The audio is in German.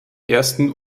ersten